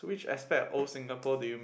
which aspect of old Singapore do you